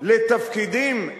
לתפקידים אזרחיים?